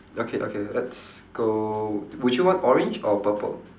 okay okay let's go would you want orange or purple